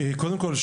קודם כל,